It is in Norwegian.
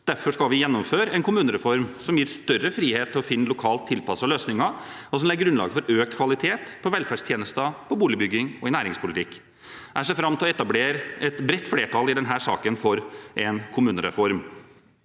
Derfor skal vi gjennomføre en kommunereform som gir større frihet til å finne lokalt tilpassede løsninger, og som legger grunnlaget for økt kvalitet på velferdstjenester, boligbygging og i næringspolitikk. Jeg ser fram til å etablere et bredt flertall i denne salen for en kommunereform.